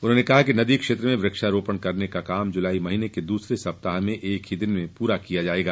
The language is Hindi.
उन्होंने कहा कि नदी क्षेत्र में वृक्षारोपण करने का काम जुलाई महीने के दूसरे सप्ताह में एक ही दिन में पूरा किया जाएगा